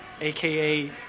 aka